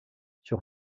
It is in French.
sur